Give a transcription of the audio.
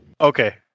Okay